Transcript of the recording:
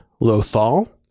Lothal